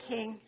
King